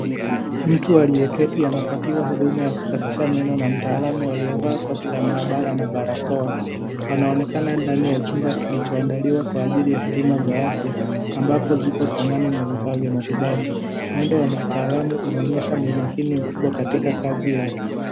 Mtu aliyeketi anapatiwa huduma ya kusafisha meno na mtaalam aliyevaa koti la maabara na barakoa. Wanaonekana ndani ya chumba kilichoandaliwa kwa ajili ya huduma za afya ambopo zipo samani na vifaa vya matibabu. Mwendo wa mtaalam unaonyesha umakini mkubwa katika kazi yake.